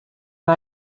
and